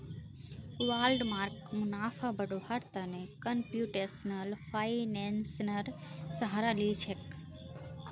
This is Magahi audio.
वालमार्ट मुनाफा बढ़व्वार त न कंप्यूटेशनल फाइनेंसेर सहारा ली छेक